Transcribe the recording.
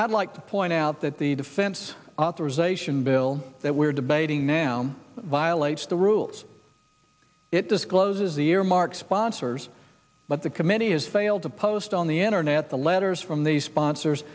i'd like to point out that the defense authorization bill that we're debating now violates the rules it discloses the earmarks sponsors but the committee has failed to post on the internet the letters from the sponsors